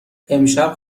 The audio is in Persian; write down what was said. امشب